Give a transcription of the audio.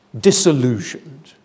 Disillusioned